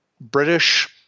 British